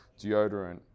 deodorant